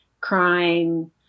crying